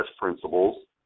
principles